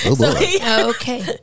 okay